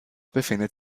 befindet